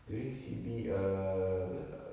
during C_B err apa err